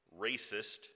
racist